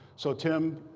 so tim,